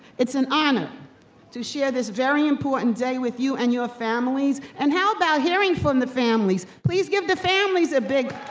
it's an honor to share this very important day with you and your families, and how about hearing from the families? please give the families a big,